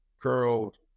curled